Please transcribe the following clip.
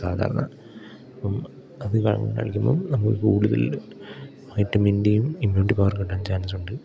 സാധാരണ അപ്പം അത് കളിക്കുമ്പം നമുക്ക് കൂടുതൽ വൈറ്റമിൻ ഡിയും ഇമ്മ്യൂണിറ്റി പവറും കിട്ടാൻ ചാൻസുണ്ട്